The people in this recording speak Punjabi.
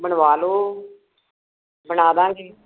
ਬਣਵਾ ਲਓ ਬਣਾ ਦੇਵਾਂਗੇ